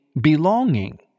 belonging